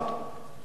האמת היא,